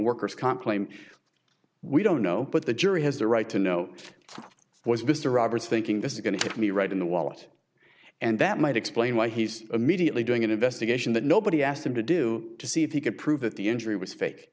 worker's comp claim we don't know but the jury has the right to know was mr roberts thinking this is going to hit me right in the wallet and that might explain why he's immediately doing an investigation that nobody asked him to do to see if he could prove that the injury was fake